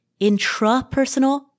intrapersonal